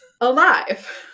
alive